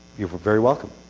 your're very welcome.